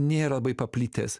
nėra labai paplitęs